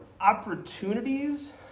opportunities